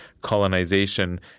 colonization